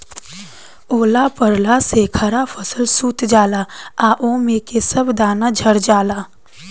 ओला पड़ला से खड़ा फसल सूत जाला आ ओमे के सब दाना झड़ जाला